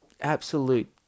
absolute